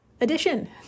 edition